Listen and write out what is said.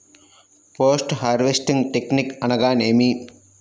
Post harvesting technique అనగా నేమి?